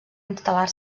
instal·lar